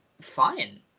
fine